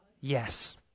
yes